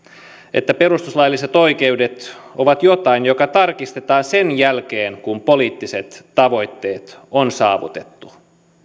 että perustuslailliset oikeudet ovat jotain joka tarkistetaan sen jälkeen kun poliittiset tavoitteet on saavutettu